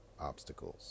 Obstacles